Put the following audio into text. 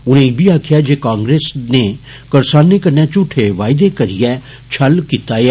उनें इब्बी आक्खेआ जे कांग्रेस ने करसानें कन्नै झूठे वायदे करिये छल कीता ऐ